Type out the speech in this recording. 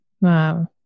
Wow